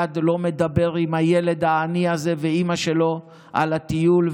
לא מדבר עם הילד העני הזה ואימא שלו על הטיול,